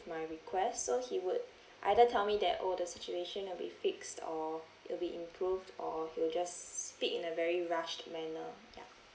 my request so he would either tell me that oh the situation will be fixed or it'll be improved or he will just speak in a very rushed manner ya